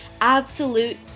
Absolute